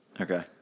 okay